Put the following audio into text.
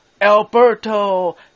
Alberto